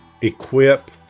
equip